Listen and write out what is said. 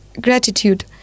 gratitude